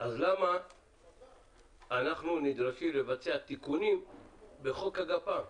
אם כן, למה אנחנו נדרשים לבצע תיקונים בחוק הגפ"ם?